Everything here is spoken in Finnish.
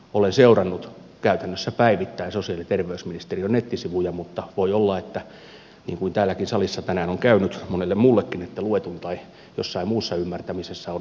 olen seurannut käytännössä päivittäin sosiaali ja terveysministeriön nettisivuja mutta voi olla niin kuin täälläkin salissa tänään on käynyt monelle muullekin että luetun tai jonkin muun ymmärtämisessä on toivomisen varaa